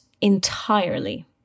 entirely